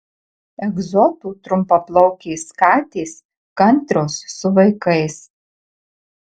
egzotų trumpaplaukės katės kantrios su vaikais